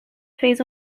fez